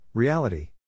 Reality